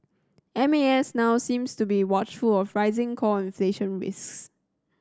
M A S now seems to be watchful of rising core inflation risks